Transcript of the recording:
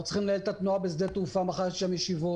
אנחנו צריכים לנהל את התנועה בשדה התעופה ומחר יהיו שם ישיבות,